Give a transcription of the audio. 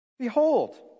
Behold